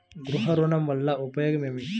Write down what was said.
గృహ ఋణం వల్ల ఉపయోగం ఏమి?